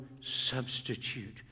substitute